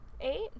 Eight